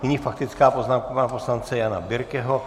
Nyní faktická poznámka pana poslance Jana Birkeho.